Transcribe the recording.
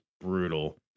brutal